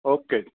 okay ਜੀ